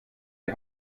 die